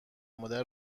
مادر